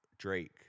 Drake